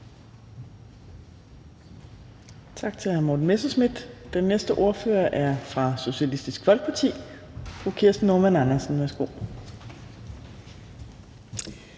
tak til hr. Morten Messerschmidt. Den næste ordfører er fra Socialistisk Folkeparti. Fru Kirsten Normann Andersen, værsgo.